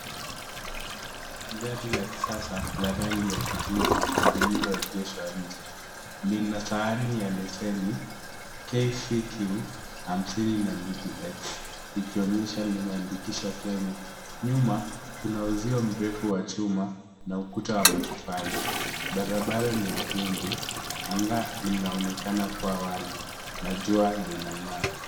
Gari la kisasa la rangi ya kijivu lililoegeshwa nje. Lina sahani ya leseni KCQ 52X ikionyeshwa limeandikishwa Kenya. Nyuma, kuna uzio mrefu wa chuma na ukuta wa matofali. Barabara ni ya vumbi. Anga linaonekana kuwa wazi na jua linang'aa.